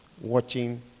watching